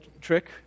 trick